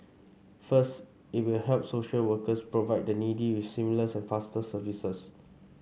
first it will help social workers provide the needy with seamless and faster services